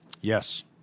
Yes